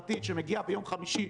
היום זה חוסן ישראל,